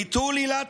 ביטול עילת